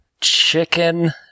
chicken